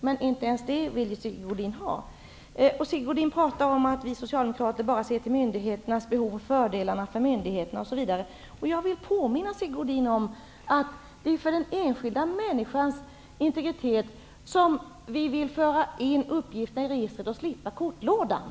Men inte ens det ville Sigge Godin talade om att vi socialdemokrater bara ser till myndigheternas behov, fördelar för myndigheterna osv. Jag vill påminna Sigge Godin om att det är för den enskilda människans integritet som vi vill föra in uppgifterna i registret och slippa kortlådan.